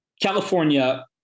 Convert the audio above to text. California